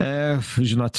ef žinot